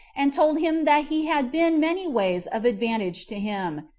and told him that he had been many ways of advantage to him,